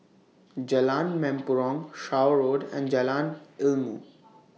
Jalan Mempurong Shaw Road and Jalan Ilmu